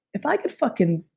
if i could fucking,